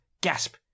Gasp